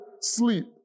sleep